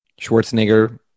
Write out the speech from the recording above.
Schwarzenegger